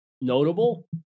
notable